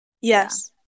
Yes